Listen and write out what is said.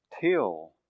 till